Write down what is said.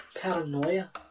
paranoia